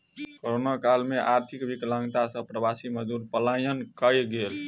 corona काल में आर्थिक विकलांगता सॅ प्रवासी मजदूर पलायन कय गेल